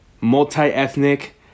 Multi-ethnic